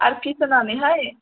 आर फिस होनानै हाय